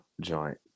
joint